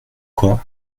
quoi